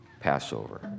Passover